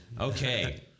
Okay